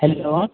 hello